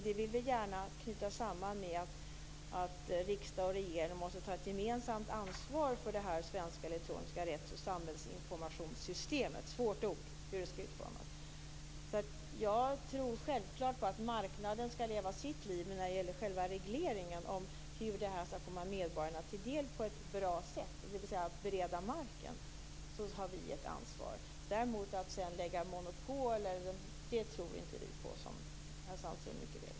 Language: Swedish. Det vill vi gärna knyta samman med att riksdag och regering måste ta ett gemensamt ansvar för hur det svenska elektroniska rätts och samhällsinformationssystemet - svårt ord - skall utformas. Jag tror självklart på att marknaden skall leva sitt liv, men när det gäller själva regleringen av hur det här skall komma medborgarna till del på ett bra sätt, dvs. att bereda marken, har vi ett ansvar. Att däremot sedan lägga monopol tror inte vi på, som herr Sandström mycket väl vet.